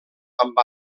amb